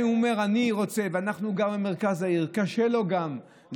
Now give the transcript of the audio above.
אם הוא אומר שהוא גר במרכז העיר וקשה לו לנהוג